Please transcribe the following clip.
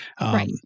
right